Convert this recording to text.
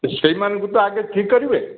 ସେଇମାନଙ୍କୁ ତ ଆଗେ ଠିକ୍ କରିବେ